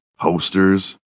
posters